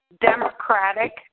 democratic